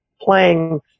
playing